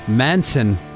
Manson